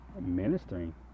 ministering